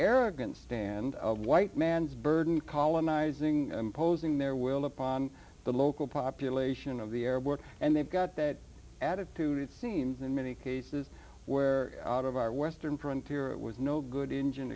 arrogance stand of white man's burden colonizing imposing their will upon the local population of the airwork and they've got that attitude seen in many cases where out of our western frontier it was no good engine